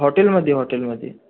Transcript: हॉटेलमध्ये हॉटेलमध्ये